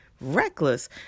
Reckless